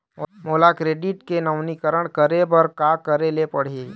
मोला क्रेडिट के नवीनीकरण करे बर का करे ले पड़ही?